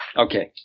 Okay